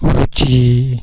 रुची